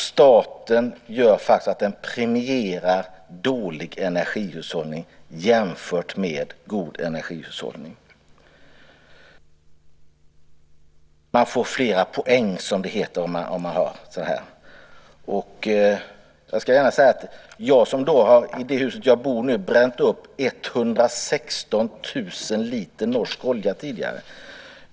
Staten premierar dålig energihushållning jämfört med god energihushållning. Man får flera poäng, som det heter. I det hus som jag bor i har jag tidigare bränt upp 116 000 liter norsk olja.